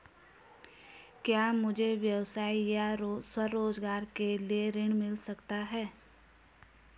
क्या मुझे व्यवसाय या स्वरोज़गार के लिए ऋण मिल सकता है?